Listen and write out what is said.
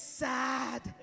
sad